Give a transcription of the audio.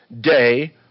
day